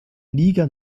liga